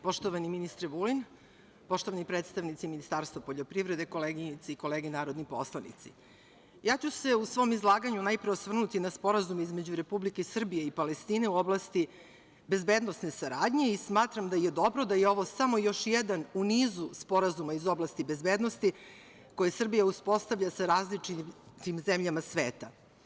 Poštovani ministre Vulin, poštovani predstavnici Ministarstva poljoprivrede, koleginice i kolege narodni poslanici, ja ću se u svom izlaganju najpre osvrnuti na Sporazum između Republike Srbije i Palestine u oblasti bezbednosne saradnje i smatram da je dobro da je ovo samo još jedan u nizu sporazuma iz oblasti bezbednosti koje Srbija uspostavlja sa različitim zemljama sveta.